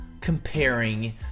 comparing